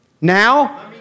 now